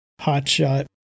hotshot